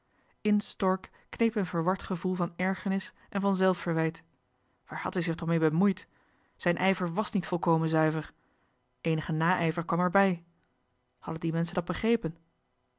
stork kneep een verward gevoel van ergernis en johan de meester de zonde in het deftige dorp van zelfverwijt waar had hij zich toch ook mee bemoeid zijn ijver wàs niet volkomen zuiver eenige naijver kwam er bij hadden die menschen dat begrepen